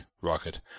rocket